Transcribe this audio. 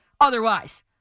otherwise